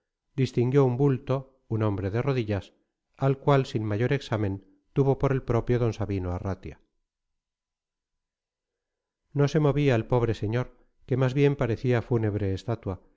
distinguió un bulto un hombre de rodillas al cual sin mayor examen tuvo por el propio d sabino arratia no se movía el pobre señor que más bien parecía fúnebre estatua